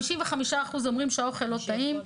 55% אומרים שהאוכל לא טעים,